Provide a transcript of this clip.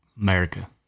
america